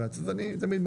אז הולכים עם זה לבג"ץ.